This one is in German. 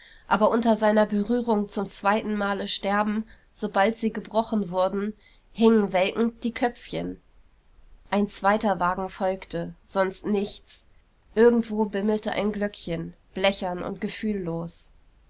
aber unter seiner berührung zum zweiten male sterben sobald sie gebrochen wurden hingen welkend die köpfchen ein zweiter wagen folgte sonst nichts irgendwo bimmelte ein glöckchen blechern und gefühllos